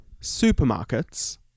supermarkets